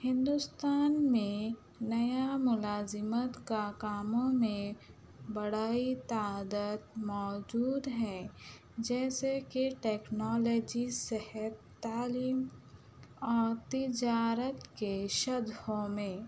ہندوستان میں نیا ملازمت کا کاموں میں بڑا ہی تعداد موجود ہے جیسے کہ ٹیکنالوجی صحت تعلیم اور تجارت کے شعبوں میں